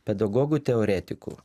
pedagogų teoretikų